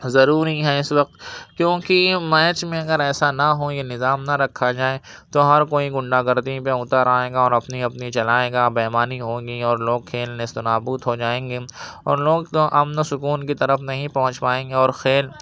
ضروری ہے اس وقت کیوں کہ میچ میں اگر ایسا نہ ہو یہ نظام نہ رکھا جائے تو ہر کوئی غنڈہ گردی پہ اتر آئے گا اور اپنی اپنی چلائے گا بے ایمانی ہوگی اور لوگ کھیل نیست و نابود ہو جائیں گے اور لوگ تو امن و سکون کی طرف نہیں پہنچ پائیں گے اور خیر